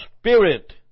spirit